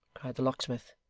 the locksmith,